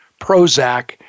Prozac